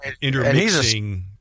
intermixing